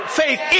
faith